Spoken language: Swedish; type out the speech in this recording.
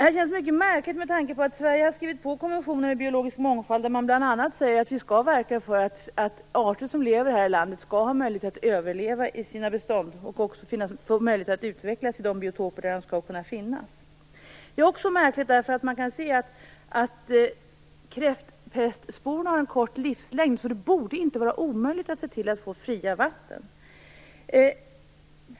Det känns mycket märkligt med tanke på att Sverige har skrivit på konventionen om biologisk mångfald, där det bl.a. sägs att vi skall verka för att arter som lever i landet skall ha möjlighet att överleva i sina bestånd och också få möjlighet att utvecklas i de biotoper där de skall kunna finnas. Det är också märkligt därför att man kan se att kräftpestsporerna har en kort livslängd. Det borde inte vara omöjligt att få fria vatten.